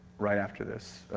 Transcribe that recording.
right after this,